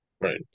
right